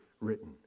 written